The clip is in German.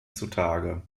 zutage